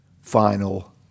final